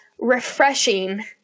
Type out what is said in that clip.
refreshing